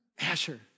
Asher